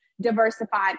diversified